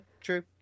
true